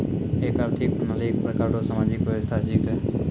एक आर्थिक प्रणाली एक प्रकार रो सामाजिक व्यवस्था छिकै